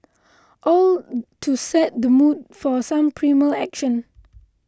all to set the mood for some primal action